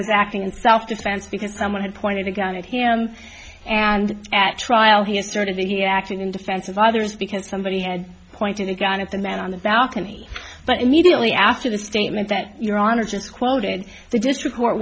was acting in self defense because someone had pointed a gun at him and at trial he asserted that he acted in defense of others because somebody had pointed a gun at the man on the balcony but immediately after the statement that your honor just quoted the district court